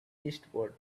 eastward